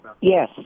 Yes